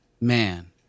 man